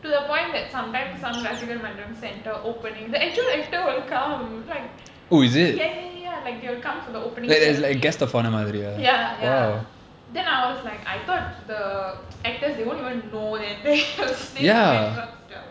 to the point that some times some ரசிகர்மன்றம்:rasikar mandram centre opening the actual actor will come like ya ya ya ya like they'll come for the opening ceremony ya ya then I was like I thought the actors they won't even know that stuff